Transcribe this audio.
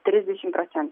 trisdešimt procentų